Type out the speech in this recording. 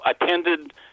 attended